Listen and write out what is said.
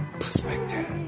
perspective